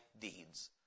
deeds